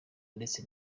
ndetse